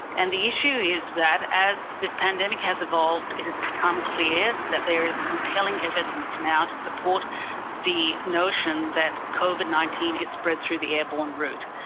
and the issue is that as this pandemic has evolved it has become clear that there is compelling evidence now to support the notion that covid nineteen is spread through the airborne route.